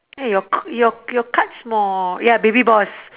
eh your c~ your your cards more ya baby boss